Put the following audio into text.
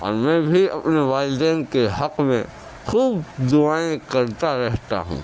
اور میں بھی اپنے والدین کے حق میں خوب دعائیں کرتا رہتا ہوں